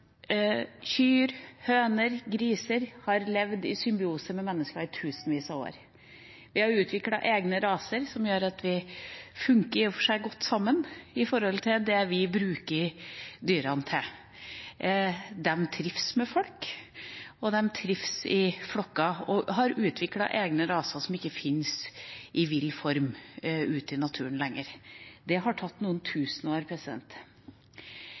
Kyr, høner og griser har levd i symbiose med mennesker i tusenvis av år. Vi har utviklet egne raser, som gjør at vi i og for seg fungerer godt sammen med hensyn til det vi bruker dyrene til. De trives med folk, de trives i flokker, og det er utviklet egne raser som ikke finnes i vill form ute i naturen lenger. Det har tatt noen tusen år.